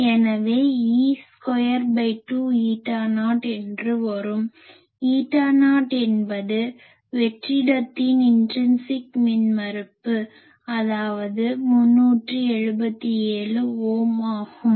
எனவே E22ஈட்டா நாட் என்று வரும் ஈட்டா நாட் என்பது வெற்றிடத்தின் இன்ட்ரின்சிக் மின்மறுப்பு அதாவது 377 ஓம் ஆகும்